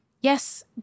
yes